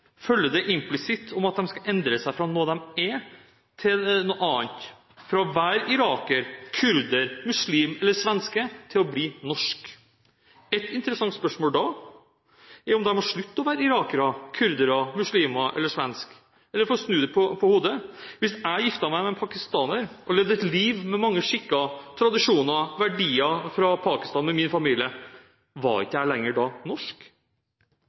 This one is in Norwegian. det implisitt at de skal endre seg fra noe de er, til noe annet, fra å være iraker, kurder, muslim eller svensk til å bli norsk. Et interessant spørsmål da er om de må slutte å være irakere, kurdere, muslimer eller svensker. Eller for å snu det på hodet: Hvis jeg giftet meg med en pakistaner og levde et liv med mange skikker, tradisjoner og verdier fra Pakistan med min familie, var jeg ikke da lenger norsk?